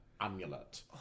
amulet